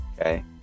Okay